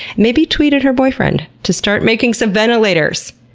maybe tweet at her boyfriend to start making some ventilators!